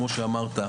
כמו שאמרת,